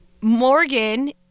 Morgan